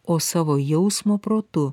o savo jausmo protu